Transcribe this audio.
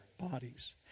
bodies